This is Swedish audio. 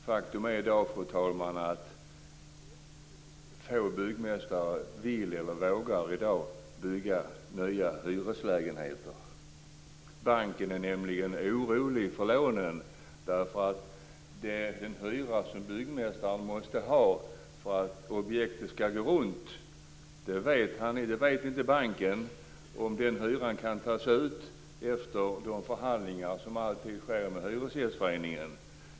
Faktum är, fru talman, att få byggmästare vill eller vågar bygga nya hyreslägenheter i dag. Banken är nämligen orolig för lånen därför att banken inte vet om den hyra som byggmästaren måste ta ut för att objektet ska gå runt kan tas ut efter de förhandlingar som alltid sker med hyresgästföreningen.